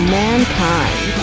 mankind